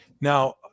Now